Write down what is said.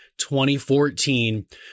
2014